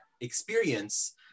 experience